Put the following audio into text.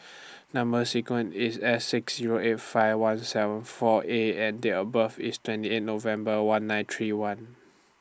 Number sequence IS S six Zero eight five one seven four A and Date of birth IS twenty eight November one nine three one